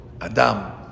Adam